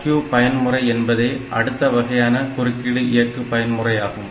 IRQ பயன்முறை என்பதே அடுத்த வகையான குறுக்கீடு இயக்கு பயன் முறையாகும்